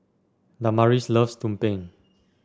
Damaris loves Tumpeng